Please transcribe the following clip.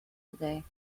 today